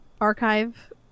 archive